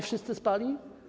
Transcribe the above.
Wszyscy spali?